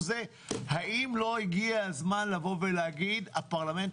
האם לא הגיע הזמן לבוא ולהגיד הפרלמנט